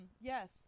yes